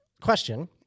question